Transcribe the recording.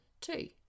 Two